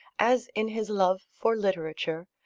as in his love for literature,